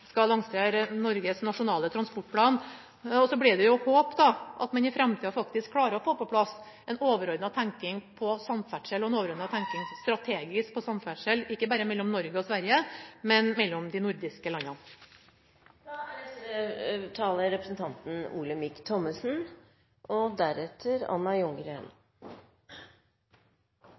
skal lansere Norges nye Nasjonal transportplan. Det blir å håpe at man i framtida faktisk klarer å få på plass en overordnet strategisk tenking når det gjelder samferdsel – ikke bare mellom Norge og Sverige, men mellom de nordiske landene. La meg også få takke representanten Sønsterud fordi hun tar opp dette viktige temaet. Jeg tror Nordisk råds organer har en sentral og